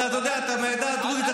אתה יודע, אתה מהעדה הדרוזית.